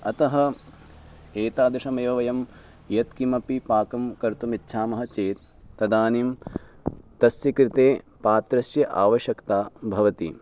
अतः एतादृशमेव वयं यत्किमपि पाकं कर्तुम् इच्छामः चेत् तदानीं तस्य कृते पात्रस्य आवश्यकता भवति